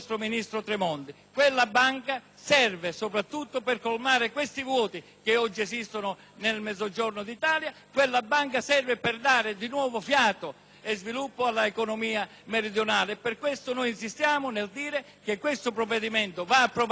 Quella banca serve soprattutto per colmare i vuoti che oggi esistono nel Mezzogiorno d'Italia, quella banca serve per dare di nuovo fiato e sviluppo all'economia meridionale. Per questo insistiamo nel dire che questo provvedimento va approvato senza